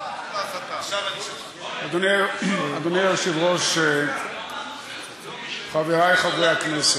אדוני היושב-ראש, חברי חברי הכנסת,